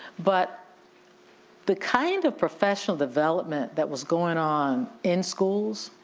but the kind of professional development that was going on in schools,